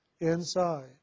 inside